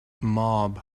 mob